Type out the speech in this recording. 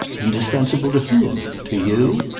indispensable to whom? to you?